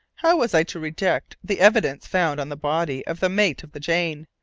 how was i to reject the evidence found on the body of the mate of the jane,